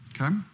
okay